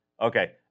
Okay